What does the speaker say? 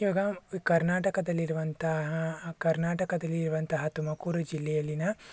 ಇವಾಗ ಕರ್ನಾಟಕದಲ್ಲಿ ಇರುವಂತಹ ಕರ್ನಾಟಕದಲ್ಲಿ ಇರುವಂತಹ ತುಮಕೂರು ಜಿಲೆಯಲ್ಲಿನ